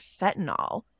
fentanyl